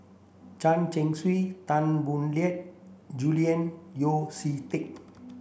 Chen Chong Swee Tan Boo Liat Julian Yeo See Teck